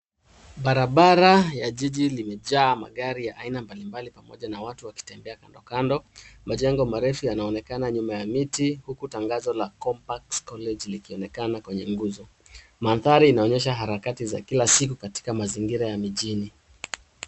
Barabara ya jiji limejaa magari ya aina mbalimbali pamoja na watu wakitembea kando kando. Majengo marefu yanaonekana nyuma ya miti huku tangazo la Compass College likionekana kwenye nguzo. Mandhari inaonyesa harakati za kila siku katika mazingira ya mijini .